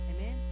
Amen